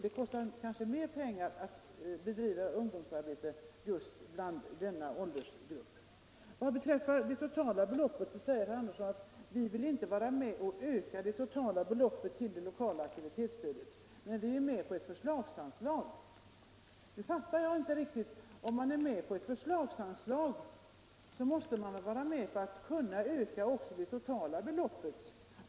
Det kostar kanske mer pengar att bedriva ungdomsarbete just bland denna åldersgrupp. Herr Andersson säger att han inte vill vara med om att öka det totala beloppet till det lokala aktivitetsstödet men är med på ett förslagsanslag. Det fattar jag inte riktigt. Om man är med på ett förslagsanslag, så måste man väl vara med på att kunna öka också det totala beloppet.